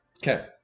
Okay